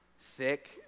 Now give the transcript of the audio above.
thick